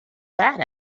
that